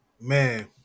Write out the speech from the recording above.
Man